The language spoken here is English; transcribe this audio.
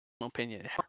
opinion